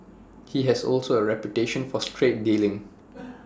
he also has A reputation for straight dealing